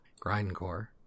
Grindcore